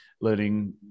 learning